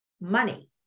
money